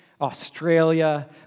Australia